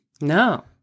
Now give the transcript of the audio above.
No